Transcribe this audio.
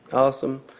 awesome